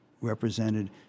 represented